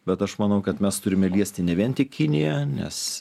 bet aš manau kad mes turime liesti ne vien tik kiniją nes